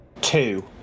two